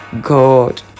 God